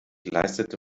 leistete